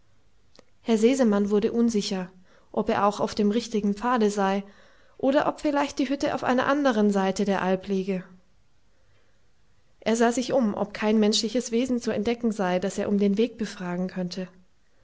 herr sesemann wurde unsicher ob er auch auf dem richtigen pfade sei oder ob vielleicht die hütte auf einer andern seite der alp liege er sah sich um ob kein menschliches wesen zu entdecken sei das er um den weg befragen könnte